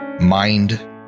mind